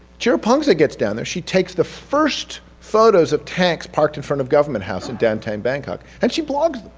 chirapongse gets down there, she takes the first photos of tanks parked in front of government house in downtown bangkok. and she blogs